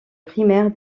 primaire